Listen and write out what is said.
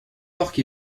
porc